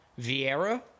Vieira